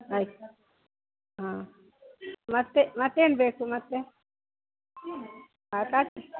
ಆಯ್ತು ಹಾಂ ಮತ್ತು ಮತ್ತೇನು ಬೇಕು ಮತ್ತೆ ಹಾಂ